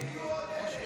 יהיו עוד 1,000,